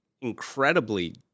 incredibly